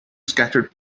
scattered